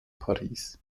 paris